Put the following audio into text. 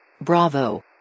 Bravo